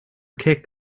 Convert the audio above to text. kick